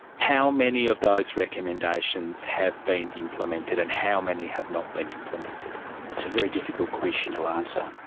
how many of those recommendations have been implemented and how many have not been implemented? that's a very difficult question to answer.